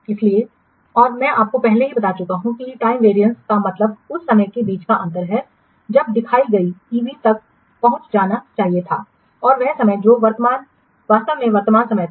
इसलिए और मैं आपको पहले ही बता चुका हूं कि टाइम वेरियंस का मतलब उस समय के बीच का अंतर है जब दिखाएं गए ईवी तक पहुंचा जाना चाहिए था और वह समय जो वास्तव में वर्तमान समय था